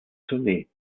tournee